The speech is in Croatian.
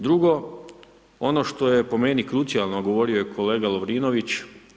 Drugo, ono što je po meni krucijalno, a govorio je kolega Lovrinović.